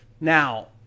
Now